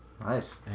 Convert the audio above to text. Nice